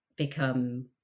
become